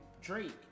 Drake